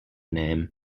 name